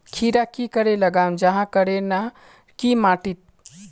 खीरा की करे लगाम जाहाँ करे ना की माटी त?